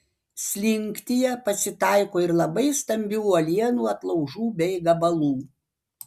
slinktyje pasitaiko ir labai stambių uolienų atlaužų bei gabalų